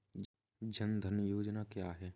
जनधन योजना क्या है?